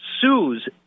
sues